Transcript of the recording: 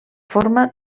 forma